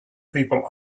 people